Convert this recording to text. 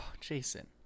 Jason